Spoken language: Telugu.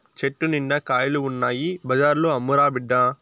చెట్టు నిండా కాయలు ఉన్నాయి బజార్లో అమ్మురా బిడ్డా